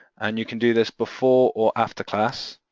and you can do this before or after class,